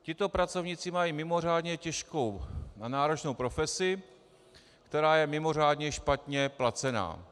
Tito pracovníci mají mimořádně těžkou a náročnou profesi, která je mimořádně špatně placená.